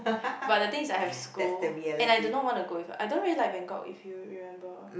but the thing is that I have school and I do not want to go with her I don't really like Bangkok if you remember